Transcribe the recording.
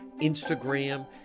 instagram